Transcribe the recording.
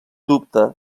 dubte